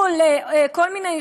כל מיני,